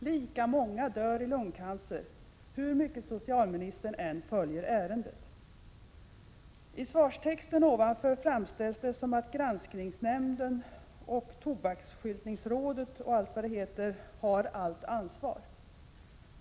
Lika många dör i lungcancer hur mycket socialministern än ”följer ärendet”. I svarstexten framställs det som om att granskningsnämnden och tobaksskyltningsrådet — och allt vad det heter — har allt ansvar.